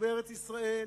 או בארץ ישראל,